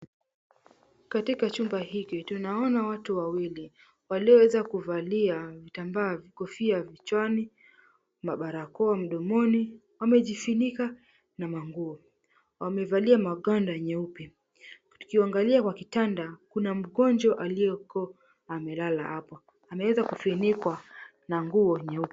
Katikati chumba hiki tunaona watu wawili walioweza kuvalia vitambaa, kofia vichwani, mabarakoa mdomoni, wamejifunika na manguo. Wamevalia magwanda nyeupe. Tukiangalia kwa kitanda kuna mgonjwa aliyeko amelala hapo. Ameweza kufunikwa na nguo nyeupe.